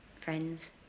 friends